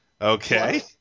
Okay